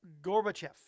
Gorbachev